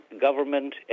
government